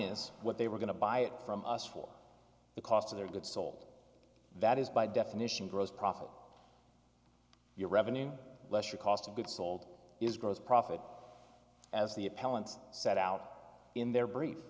us what they were going to buy it from us for the cost of their goods sold that is by definition gross profit your revenue less your cost of goods sold is gross profit up as the appellant set out in their brief